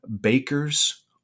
bakers